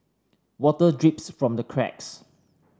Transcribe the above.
water drips from the cracks